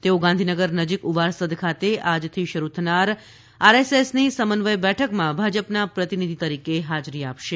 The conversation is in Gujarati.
તેઓ ગાંધીનગર નજીક ઉવારસદ ખાતે આજથી શરૂ થનાર આરએસએસની સમન્વય બેઠકમાં ભાજપના પ્રતિનિધિ તરીકે હાજરી આપશે